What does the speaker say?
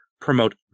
promote